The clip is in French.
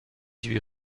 huit